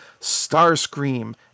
Starscream